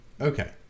Okay